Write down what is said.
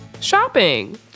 shopping